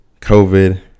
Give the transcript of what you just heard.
COVID